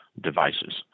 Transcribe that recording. devices